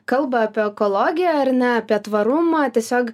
kalba apie ekologiją ar ne apie tvarumą tiesiog